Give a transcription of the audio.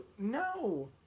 no